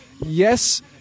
yes